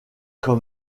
quand